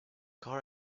car